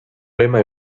lema